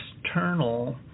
external